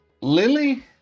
Lily